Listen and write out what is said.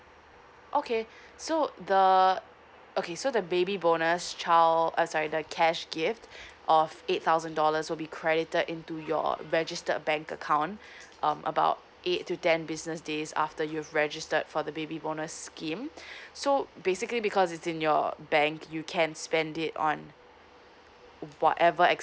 okay so the okay so the baby bonus child uh sorry the cash gift of eight thousand dollars will be credited into your registered bank account um about eight to ten business days after you've registered for the baby bonus scheme so basically because it's in your bank you can spend it on whatever